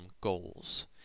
goals